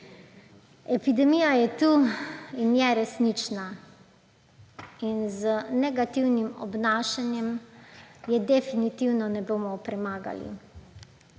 Epidemija je tu in je resnična in z negativnim obnašanjem je definitivno ne bomo premagali.